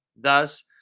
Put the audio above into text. Thus